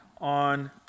on